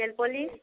nail polish